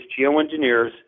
geoengineers